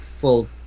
full